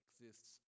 exists